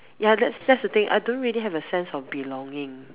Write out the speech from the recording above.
ya that's that's the thing I don't really have a sense of belonging mm